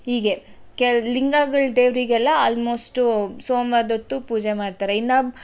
ಹೀಗೆ ಕೆಲ ಲಿಂಗಗಳು ದೇವರಿಗೆಲ್ಲ ಆಲ್ಮೋಸ್ಟು ಸೋಮವಾರದ ಹೊತ್ತು ಪೂಜೆ ಮಾಡ್ತಾರೆ ಇನ್ನು